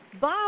Bob